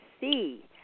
see